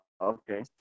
Okay